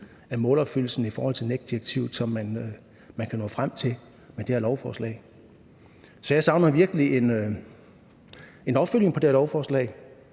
af målopfyldelsen af NEC-direktivet, som man kan nå frem til med det her lovforslag. Så jeg savner virkelig en opfølgning på det lovforslag,